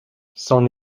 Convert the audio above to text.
c’en